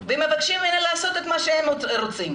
ומבקשים ממנה לעשות את מה שהם רוצים.